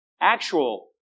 actual